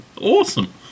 Awesome